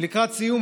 ולקראת סיום,